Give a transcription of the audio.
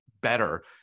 better